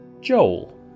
Joel